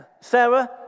Sarah